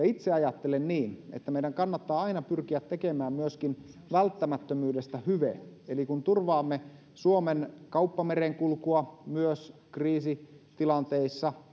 itse ajattelen niin että meidän kannattaa aina pyrkiä tekemään myöskin välttämättömyydestä hyve eli kun turvaamme suomen kauppamerenkulkua myös kriisitilanteissa